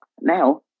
now